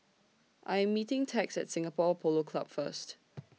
I Am meeting Tex At Singapore Polo Club First